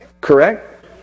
Correct